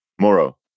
Moro